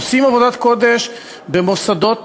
עושים עבודת קודש במוסדות